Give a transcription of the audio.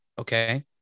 okay